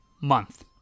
month